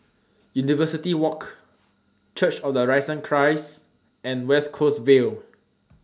University Walk Church of The Risen Christ and West Coast Vale